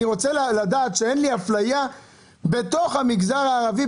אני רוצה לדעת שאין לי אפליה בתוך המגזר הערבי,